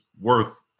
worth